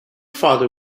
father